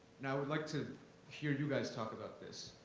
now i would like to hear you guys talk about this.